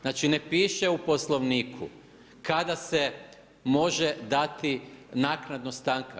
Znači ne piše u Poslovniku kada se može dati naknadno stanka.